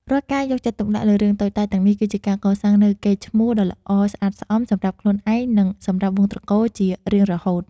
រាល់ការយកចិត្តទុកដាក់លើរឿងតូចតាចទាំងនេះគឺជាការកសាងនូវកេរ្តិ៍ឈ្មោះដ៏ល្អស្អាតស្អំសម្រាប់ខ្លួនឯង និង សម្រាប់វង្សត្រកូលជារៀងរហូត។